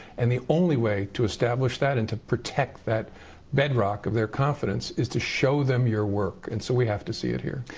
and the only way to establish that and to protect that bedrock of their confidence is to show them your work. and so we have to see it here.